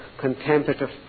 contemplative